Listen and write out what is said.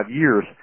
years